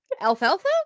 alfalfa